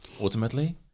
ultimately